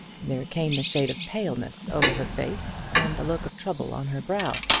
there came a shade of paleness over her face, and a look of trouble on her brow,